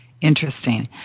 Interesting